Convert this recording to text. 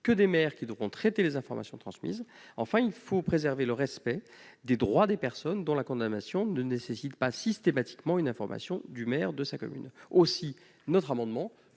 celle des maires qui devront traiter les informations transmises. Enfin, il est nécessaire de préserver le respect des droits des personnes dont la condamnation ne nécessite pas systématiquement une information du maire de la commune. Pour ces